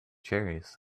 cherries